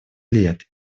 лет